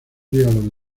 diálogo